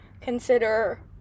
consider